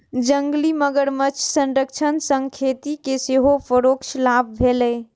जंगली मगरमच्छ संरक्षण सं खेती कें सेहो परोक्ष लाभ भेलैए